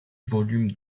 volumes